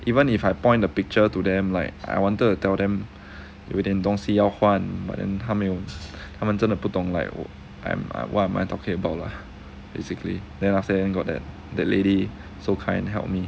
even if I point the picture to them like I wanted to tell them 有点东西要换 but then 他们有他们真的不懂 like 我 like um what am I talking about lah basically then after that you got that the lady so kind help me